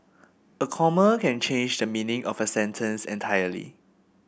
a comma can change the meaning of a sentence entirely